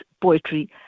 poetry